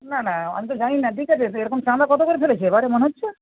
না না আমি তো জানি না ঠিক আছে সেরকম চাঁদা কত করে ধরেছে এবারে মনে হচ্ছে